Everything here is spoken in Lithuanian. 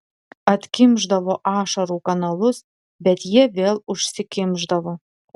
atkimšdavo ašarų kanalus bet jie vėl užsikimšdavo